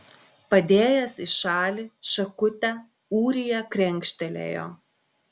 padėjęs į šalį šakutę ūrija krenkštelėjo